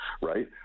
right